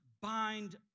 bind